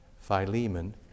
Philemon